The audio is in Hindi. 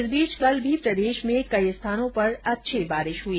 इस बीच कल मी प्रदेश में कई स्थानो पर अर्च्छी बारिश हुई